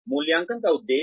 मूल्यांकन का उद्देश्य